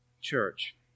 church